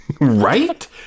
Right